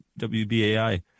WBAI